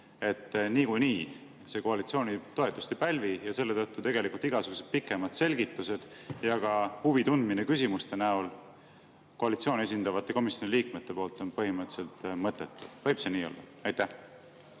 et niikuinii see koalitsiooni toetust ei pälvi, ja selle tõttu igasugused pikemad selgitused ja ka huvi tundmine küsimuste näol koalitsiooni esindavate komisjoni liikmete poolt on põhimõtteliselt mõttetu? Võib see nii olla? Varro